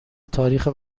تاریخ